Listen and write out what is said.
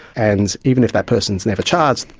and even if that person is never charged,